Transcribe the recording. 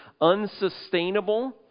unsustainable